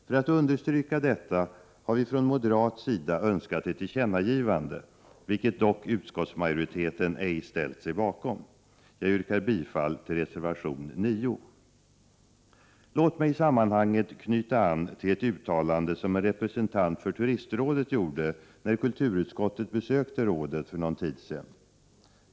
För att understryka detta har vi från moderat sida önskat ett tillkännagivande, vilket dock utskottsmajoriteten ej ställt sig bakom. Jag yrkar bifall till reservation nr 9. Låt mig i detta sammanhang knyta an till ett uttalande som en representant för turistrådet gjorde när kulturutskottet besökte rådet för någon tid sedan.